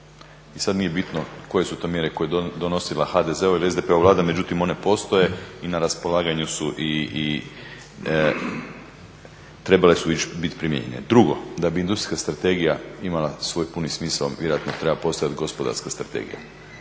I sad nije bitno koje su to mjere koje je donosila HDZ-ova ili SDP-ova Vlada, međutim one postoje i na raspolaganju su i trebale su bit primijenjene. Drugo, da bi industrijska strategija imala svoj puni smisao vjerojatno treba postojati gospodarska strategija.